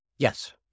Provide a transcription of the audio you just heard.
Yes